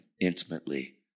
intimately